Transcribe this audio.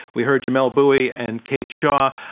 we heard jamelle bouie and kate shaw.